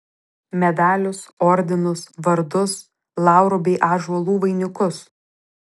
medalius ordinus vardus laurų bei ąžuolų vainikus